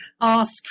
ask